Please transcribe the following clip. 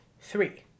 three